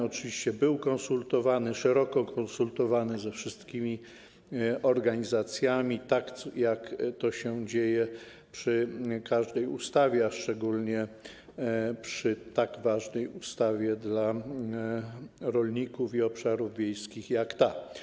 Oczywiście, był konsultowany, szeroko konsultowany ze wszystkimi organizacjami, tak jak to się dzieje przy każdej ustawie, a szczególnie przy ustawie tak ważnej dla rolników i obszarów wiejskich jak ta.